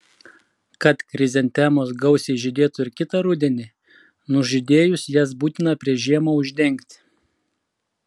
kad chrizantemos gausiai žydėtų ir kitą rudenį nužydėjus jas būtina prieš žiemą uždengti